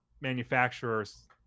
manufacturers